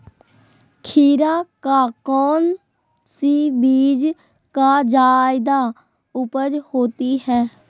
खीरा का कौन सी बीज का जयादा उपज होती है?